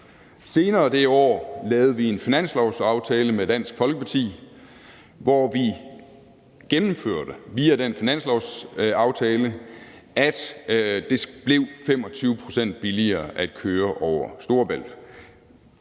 Senere det år lavede vi en finanslovsaftale med Dansk Folkeparti, hvor vi via den finanslovsaftale gennemførte, at det blev 25 pct. billigere at køre over Storebælt.